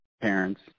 parents